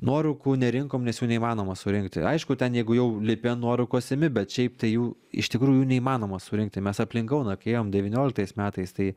nuorūkų nerinkom nes jų neįmanoma surinkti aišku ten jeigu jau lipi ant nuorūkos imi bet šiaip tai jų iš tikrųjų jų neįmanoma surinkti mes aplink kauną kai ėjom devynioliktais metais tai